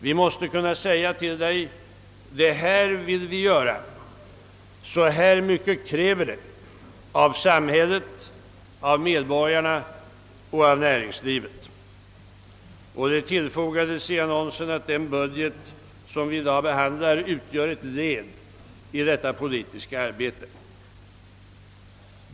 Vi måste kunna säga till Dig: Det här vill vi göra — så här mycket kräver det av samhället, av medborgarna och av näringslivet.» Det tillfogades att den budget som vi i dag behandlar utgör ett led i detta politiska arbete.